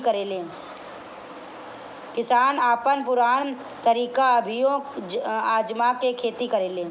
किसान अपन पुरान तरीका अभियो आजमा के खेती करेलें